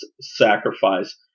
sacrifice